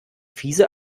fiese